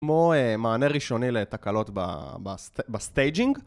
כמו מענה ראשוני לתקלות בסטייג'ינג.